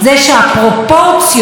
אתה איבדת פרופורציות,